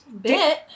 Bit